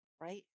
right